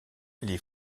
les